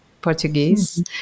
Portuguese